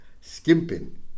skimping